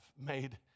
made